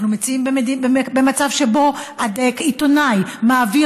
אנחנו נמצאים במצב שבו עיתונאי מעביר